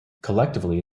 collectively